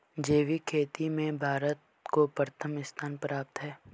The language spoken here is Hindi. जैविक खेती में भारत को प्रथम स्थान प्राप्त है